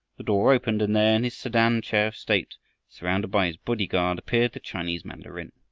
the door opened, and there in his sedan-chair of state surrounded by his bodyguard, appeared the chinese mandarin.